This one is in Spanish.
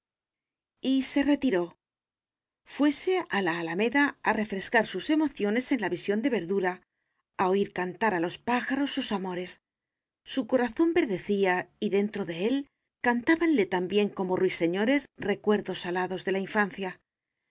se retiró fuése a la alameda a refrescar sus emociones en la visión de verdura a oir cantar a los pájaros sus amores su corazón verdecía y dentro de él cantábanle también como ruiseñores recuerdos alados de la infancia